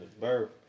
birth